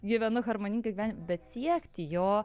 gyvenu harmoningai bet siekti jo